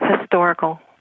historical